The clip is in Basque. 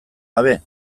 gabe